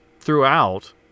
throughout